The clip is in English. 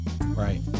Right